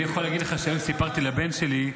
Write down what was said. אני יכול להגיד לך שהיום סיפרתי לבן שלי,